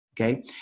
Okay